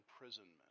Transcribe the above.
imprisonment